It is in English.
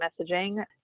messaging